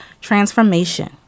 transformation